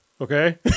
Okay